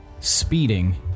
speeding